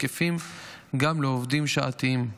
תקפים גם לעובדים שעתיים.